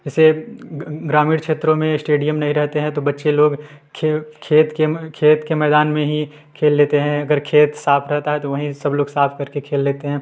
इसे ग्रामीण क्षेत्रों में इस्टेडियम नहीं रहते हैं तो बच्चे लोग खेल खेत के खेत के मैदान में ही खेल लेते हैं अगर खेत साफ रहता है तो वहीं सब लोग साथ बैठ कर खेल लेते हैं